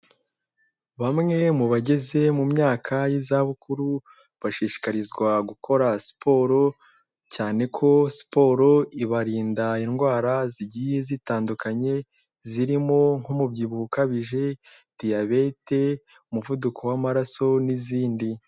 Bamwe mu bageze mu myaka y'iza bukuru, babashishikarizwa gukora siporo, cyane ko siporo ibarinda indwara zigiye zitandukanye zarimo nk'umubyibuho ukabije, diyabete, umuvuduko w'amaraso, n'izindi.